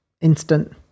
instant